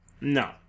No